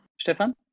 Stefan